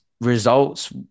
results